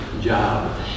job